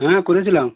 হ্যাঁ করেছিলাম